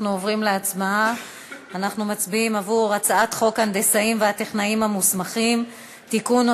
אנחנו עוברים להצבעה על הצעת חוק ההנדסאים והטכנאים המוסמכים (תיקון,